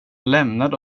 lämnade